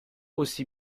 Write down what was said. aussi